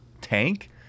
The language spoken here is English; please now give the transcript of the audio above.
tank